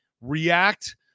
react